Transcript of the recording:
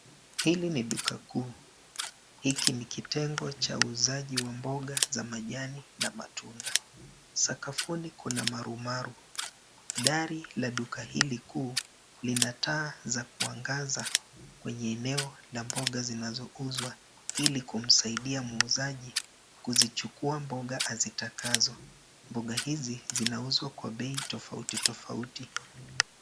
Hili ni duka kuu. Hiki ni kitengo cha uuzaji wa mboga za majani na matunda. Sakafuni kuna marumaru. Dari la duka hili kuu, lina taa za kuangaza kwenye eneo la mboga zinazouzwa ili kumsaidia muuzaji, kuzichukua mboga azitakazo. Mboga hizi zinauzwa kwa bei tofauti tofauti.